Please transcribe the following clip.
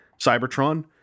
Cybertron